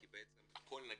כי בעצם הכל נגיש,